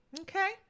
Okay